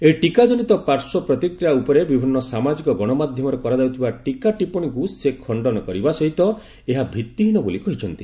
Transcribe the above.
ଏହି ଟୀକାଜନିତ ପାର୍ଶ୍ୱ ପ୍ରତିକ୍ରିୟା ଉପରେ ବିଭିନ୍ନ ସାମାଜିକ ଗଣମାଧ୍ୟମରେ କରାଯାଉଥିବା ଟୀକା ଟିପ୍ପଣୀକୁ ସେ ଖଶ୍ତନ କରିବା ସହିତ ଏହା ଭିତ୍ତିହୀନ ବୋଲି କହିଛନ୍ତି